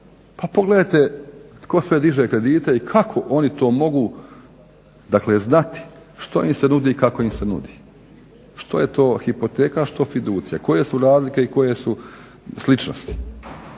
Pa pogledajte tko sve diže kredite i kako oni to mogu, dakle znati što im se nudi i kako im se nudi. Što je to hipoteka, a što fiducija? Koje su razlike i koje su sličnosti?